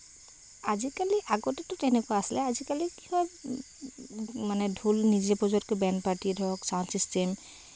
আজিকালি আগতেতো তেনেকুৱা আছিলে আজিকালি কিবা মানে ঢোল নিজে বজোৱাতকৈ বেণ্ড পাৰ্টি ধৰক চাউণ্ড চিচটেম